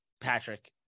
Patrick